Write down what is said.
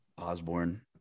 Osborne